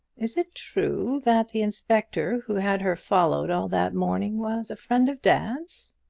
is it true that the inspector who had her followed all that morning was a friend of dad's?